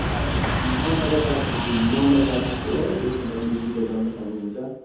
तपाईँ म तपाईँलाई नम्बर पठाउँछु हो त्यसमा तपाईँले जिपे गर्नु सक्नुहुन्छ